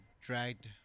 dragged